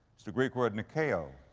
it's the greek word, nikao.